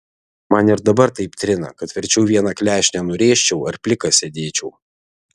man ir dabar taip trina kad verčiau vieną klešnę nurėžčiau ar plikas sėdėčiau